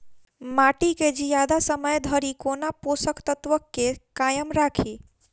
माटि केँ जियादा समय धरि कोना पोसक तत्वक केँ कायम राखि?